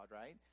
right